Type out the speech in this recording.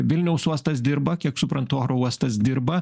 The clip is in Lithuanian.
vilniaus uostas dirba kiek suprantu oro uostas dirba